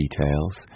details